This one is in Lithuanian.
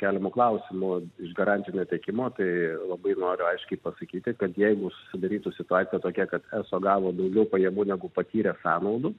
keliamų klausimų iš garantinio tiekimo tai labai noriu aiškiai pasakyti kad jeigu susidarytų situacija tokia kad eso gavo daugiau pajamų negu patyrė sąnaudų